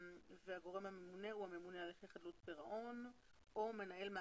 הממונה על חדלות פירעון והרשם לענייני ירושה.